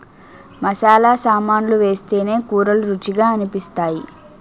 మసాలా సామాన్లు వేస్తేనే కూరలు రుచిగా అనిపిస్తాయి